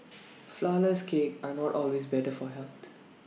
Flourless Cakes are not always better for health